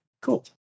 Cool